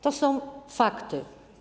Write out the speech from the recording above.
To są fakty.